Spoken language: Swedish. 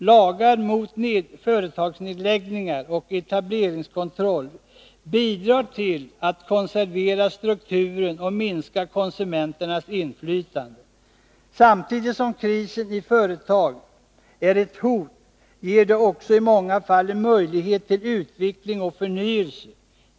Lagar mot företagsnedläggningar och etableringskontroll bidrar till att konservera strukturen och minska konsumenternas inflytande. Samtidigt som krisen i företag är ett hot, ger den också i många fall en möjlighet till utveckling och förnyelse.